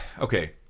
okay